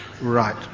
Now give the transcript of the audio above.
Right